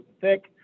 thick